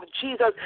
Jesus